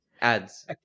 Ads